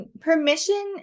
permission